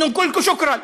(אומר בערבית: שנגיד לכם תודה.)